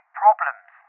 problems